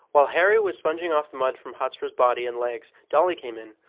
while harry was sponging off the mud from hotspur's body and legs dolly came in,